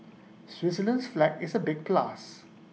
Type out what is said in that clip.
Switzerland's flag is A big plus